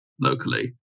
locally